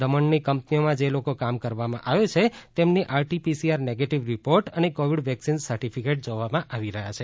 દમણની કંપનીઓમાં જે લોકો કામ કરવામાં આવે છે એમની આરટી પીસીઆર નેગેટિવ રિર્પોટ અને કોવિડ વેક્સીન સર્ટીફિકેટ જોવામા આવી રહ્યા છે